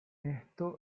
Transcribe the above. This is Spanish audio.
esto